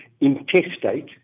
intestate